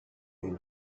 این